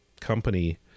company